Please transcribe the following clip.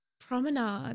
Promenade